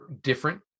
different